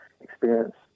experience